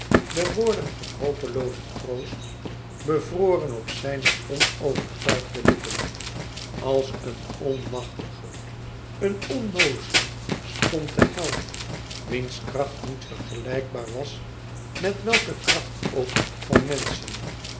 de woorden van hooploozen troost bevroren op zijne onovertuigde lippen als een onmachtige een onnoozele stond de held wiens kracht niet vergelijkbaar was met welke kracht ook van menschen